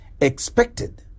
expected